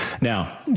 Now